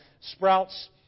Sprouts